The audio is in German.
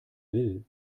will